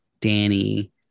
Danny